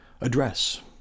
address